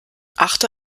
achte